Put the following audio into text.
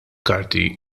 karti